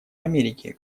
америки